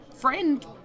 friend